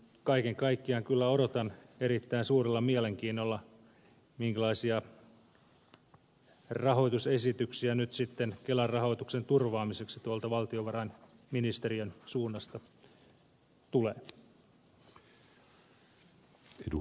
kaiken kaikkiaan kyllä odotan erittäin suurella mielenkiinnolla minkälaisia rahoitusesityksiä nyt sitten kelan rahoituksen turvaamiseksi tuolta valtiovarainministeriön suunnasta tulee